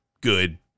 good